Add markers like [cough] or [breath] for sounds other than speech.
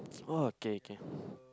oh okay okay [breath]